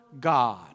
God